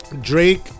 Drake